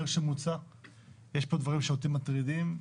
שמוצע ויש פה דברים שאותי מטרידים,